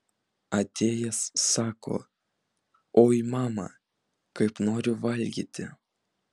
atėjęs sako oi mama kaip noriu valgyti